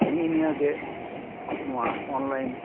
ᱱᱤᱜ ᱤ ᱱᱤᱭᱟᱹ ᱜᱮ ᱱᱚᱣᱟ ᱚᱱᱞᱟᱭᱤᱱ